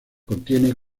contiene